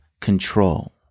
control